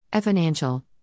Financial